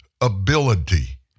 ability